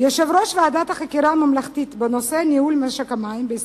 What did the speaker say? יושב-ראש ועדת החקירה הממלכתית בנושא ניהול משק המים בישראל,